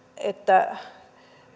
että